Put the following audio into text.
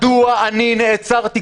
11:08) מדוע אני נעצרתי,